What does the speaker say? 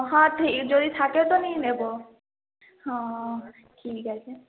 হ্যাঁ ঠিক যদি থাকে তো নিয়ে নেবো হ্যাঁ ঠিক আছে